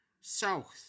South